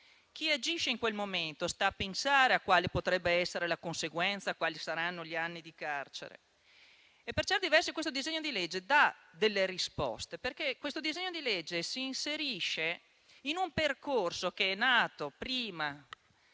Chi agisce in quel momento sta a pensare a quale potrebbe essere la conseguenza o a quanti saranno gli anni di carcere? Per certi versi, questo disegno di legge dà delle risposte, perché si inserisce in un percorso che è nato con